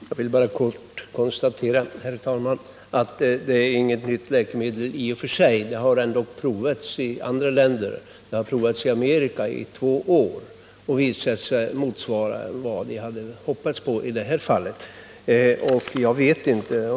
Herr talman! Jag vill bara kort konstatera att det inte är något nytt läkemedel i och för sig. Det har provats i andra länder, bl.a. i Amerika under två år, och visat sig motsvara vad vi i det här fallet hoppats på.